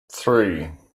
three